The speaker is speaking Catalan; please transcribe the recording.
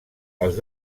als